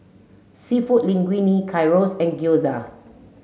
Seafood Linguine Gyros and Gyoza